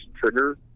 trigger